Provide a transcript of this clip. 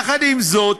יחד עם זאת,